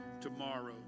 tomorrow